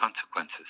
consequences